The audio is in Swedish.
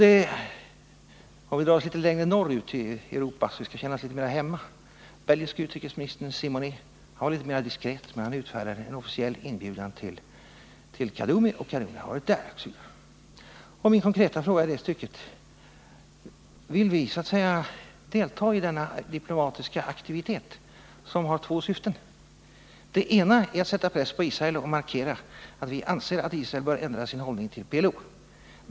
Drar vi oss litet längre norrut i Europa för att känna oss litet mera hemma, kan vi notera att den belgiske utrikesministern Simonet var litet mera diskret men utfärdade en officiell inbjudan till Khadoumi, som också varit i Belgien, osv. Min konkreta fråga i detta stycke är: Vill vi så att säga delta i denna diplomatiska aktivitet som har två syften? Det ena är att sätta press på Israel och markera att vi anser att Israel bör ändra sin hållning gentemot PLO.